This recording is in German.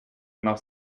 nach